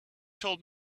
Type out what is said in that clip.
told